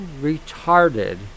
retarded